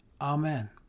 Amen